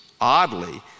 Oddly